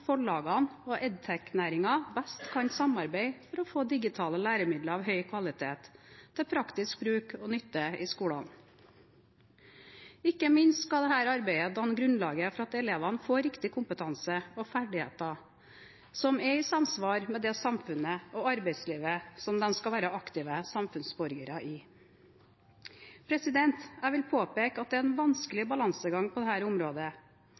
og edtech-næringen best kan samarbeide for å få digitale læremidler av høy kvalitet til praktisk bruk og nytte i skolen. Ikke minst skal dette arbeidet danne grunnlaget for at elevene får riktig kompetanse og ferdigheter som er i samsvar med det samfunnet og arbeidslivet som de skal være aktive samfunnsborgere i. Jeg vil påpeke at det er en vanskelig balansegang på dette området.